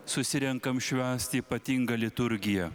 susirenkam švęsti ypatingą liturgiją